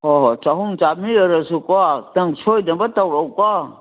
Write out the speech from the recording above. ꯑꯣ ꯆꯍꯨꯝ ꯆꯥꯝꯔꯤ ꯑꯣꯏꯔꯁꯨꯀꯣ ꯅꯪ ꯁꯣꯏꯗꯅꯕ ꯇꯧꯔꯛꯎꯀꯣ